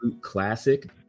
classic